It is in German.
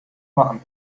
machen